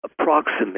approximate